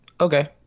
Okay